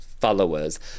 Followers